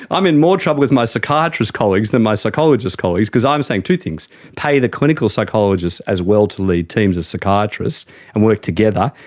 i am in more trouble with my psychiatrist colleagues than my psychologist colleagues because i am saying two things pay the clinical psychologists as well to lead teams of psychiatrists and work together,